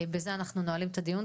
בזה אנחנו נועלים את הדיון,